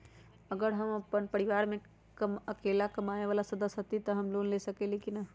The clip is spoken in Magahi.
अगर हम अपन परिवार में अकेला कमाये वाला सदस्य हती त हम लोन ले सकेली की न?